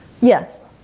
Yes